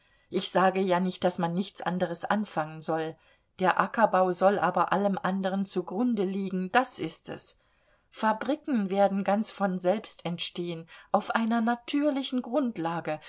ich sage ja nicht daß man nichts anderes anfangen soll der ackerbau soll aber allem andern zugrunde liegen das ist es fabriken werden ganz von selbst entstehen auf einer natürlichen grundlage